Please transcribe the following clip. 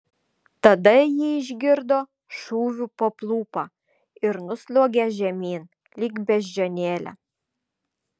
tada ji išgirdo šūvių papliūpą ir nusliuogė žemyn lyg beždžionėlė